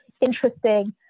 interesting